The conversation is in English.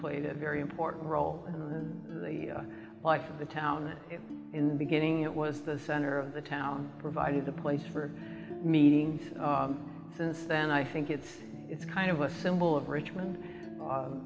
played a very important role in the life of the town in the beginning it was the center of the town provides a place for meetings since then i think it's it's kind of a symbol of richmond